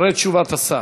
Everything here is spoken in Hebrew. אחרי תשובת השר.